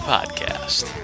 Podcast